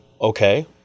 okay